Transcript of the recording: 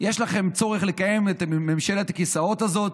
יש לכם צורך לקיים את ממשלת הכיסאות הזאת